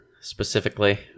specifically